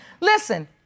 Listen